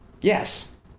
Yes